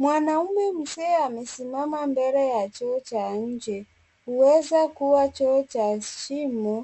Mwanaume mzee amesimama mbele ya choo cha nje hueza kua choo cha shimo